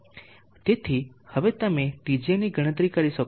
તેથી હવે તમે Tj ની ગણતરી કરી શકો છો